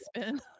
spin